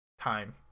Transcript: Time